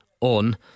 on